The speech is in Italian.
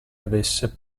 avesse